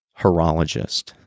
horologist